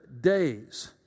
days